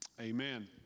amen